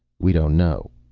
we don't know.